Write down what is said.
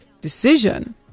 decision